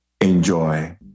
Enjoy